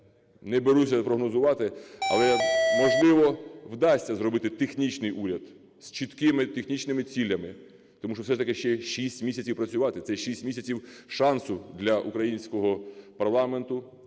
не беруся прогнозувати, але, можливо, вдасться зробити технічний уряд з чіткими технічними цілями. Тому що все ж таки ще 6 місяців працювати - це 6 місяців шансу для українського парламенту